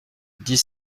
dix